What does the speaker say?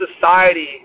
society